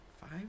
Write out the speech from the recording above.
five